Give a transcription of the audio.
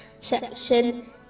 section